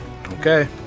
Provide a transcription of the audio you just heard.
Okay